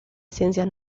ciencias